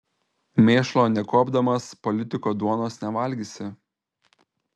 mėšlo nekuopdamas politiko duonos nevalgysi